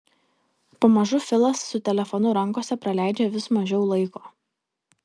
pamažu filas su telefonu rankose praleidžia vis mažiau laiko